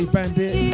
Bandit